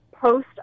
post